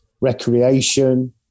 recreation